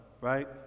right